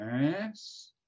yes